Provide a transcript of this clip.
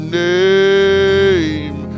name